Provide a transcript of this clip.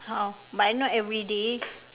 !huh! but not everyday